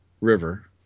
River